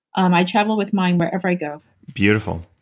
um i travel with mine wherever i go beautiful.